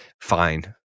fine